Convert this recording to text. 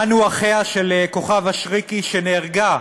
אנו אחיה של כוכבה שריקי שנהרגה,